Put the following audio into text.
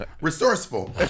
Resourceful